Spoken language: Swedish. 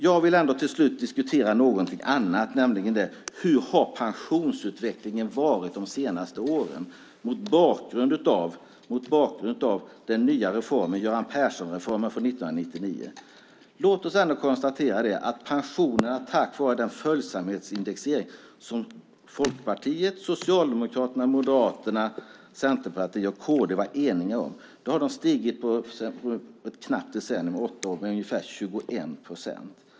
Jag vill till slut diskutera något annat, nämligen hur pensionsutvecklingen har varit de senaste åren mot bakgrund av Göran Persson-reformen från 1999. Låt oss ändå konstatera att pensionerna, tack vare den följsamhetsindexering som Folkpartiet, Socialdemokraterna, Moderaterna, Centerpartiet och Kristdemokraterna var eniga om, på ett knappt decennium - åtta år - har stigit med ungefär 21 procent.